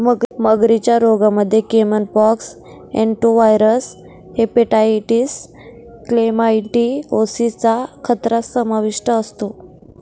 मगरींच्या रोगांमध्ये caiman pox, adenoviral hepatitis, chlamydiosis चा खतरा समाविष्ट असतो